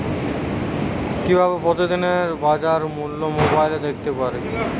কিভাবে প্রতিদিনের বাজার মূল্য মোবাইলে দেখতে পারি?